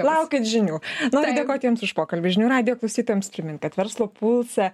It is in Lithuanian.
laukit žinių noriu dėkoti jums už pokalbį žinių radijo klausytojams primint kad verslo pulsą